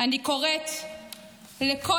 אני קוראת לכל